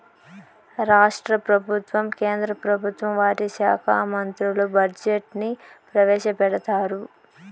రాష్ట్ర ప్రభుత్వం కేంద్ర ప్రభుత్వం వాటి శాఖా మంత్రులు బడ్జెట్ ని ప్రవేశపెడతారు